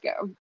go